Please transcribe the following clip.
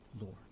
Lord